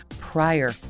prior